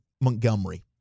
Montgomery